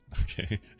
Okay